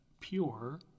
pure